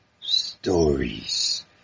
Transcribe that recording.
stories